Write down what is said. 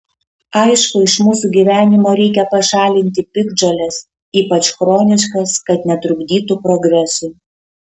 aišku iš mūsų gyvenimo reikia pašalinti piktžoles ypač chroniškas kad netrukdytų progresui